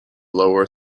lower